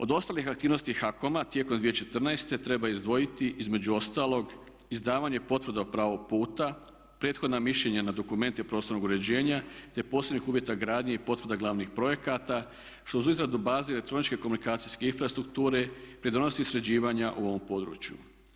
Od ostalih aktivnosti HAKOM-a tijekom 2014. treba izdvojiti između ostalog izdavanje potvrda pravog puta, prethodna mišljenja na dokumente prostornog uređenja te posebnih uvjeta gradnje i potvrda glavnih projekata što za izradu baze i elektroničke komunikacijske infrastrukture pridonosi sređivanja u ovom području.